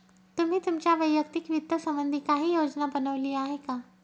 तुम्ही तुमच्या वैयक्तिक वित्त संबंधी काही योजना बनवली आहे का?